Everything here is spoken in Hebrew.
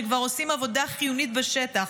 שכבר עושים עבודה חיונית בשטח,